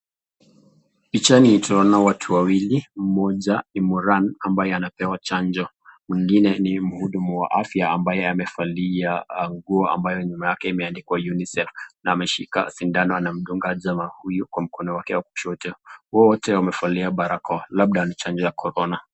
Picha ni tunaona watu wawili mmoja ni Moran ambayo anapewa chanjo mwingine ni mhudumu wa afya ambaye amevalia nguo ambayo nyuma yake imeandikwa Unicef na ameshika sindano anadunga jamaa huyu kwa mkono wake wa kushoto. Wote wamevalia barakoa labda ni chanjo wa corona.